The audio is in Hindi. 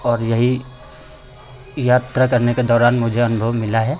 और यही यात्रा करने के दौरान मुझे अनुभव मिला है